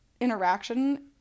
interaction